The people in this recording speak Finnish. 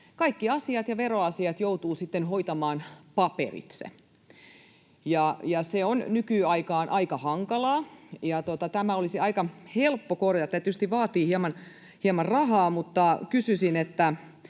kaikki veroasiat ja muut asiat joutuu sitten hoitamaan paperitse. Se on nykyaikana aika hankalaa, ja tämä olisi aika helppo korjata. Tämä tietysti vaatii hieman rahaa, mutta kysyisin: